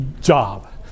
job